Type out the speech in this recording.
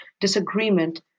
disagreement